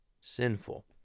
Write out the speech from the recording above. sinful